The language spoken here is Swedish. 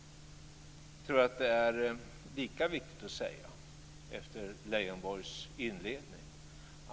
Jag tror att det, efter Lars Leijonborgs inledning här, är lika viktigt att säga följande.